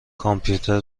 کامپیوتر